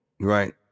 Right